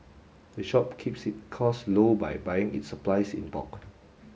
the shop keeps its costs low by buying its supplies in bulk